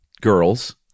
girls